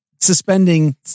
suspending